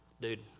Dude